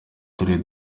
turere